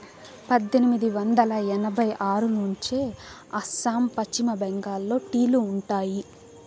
పద్దెనిమిది వందల ఎనభై ఆరు నుంచే అస్సాం, పశ్చిమ బెంగాల్లో టీ లు ఉండాయి